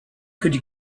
could